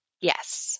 Yes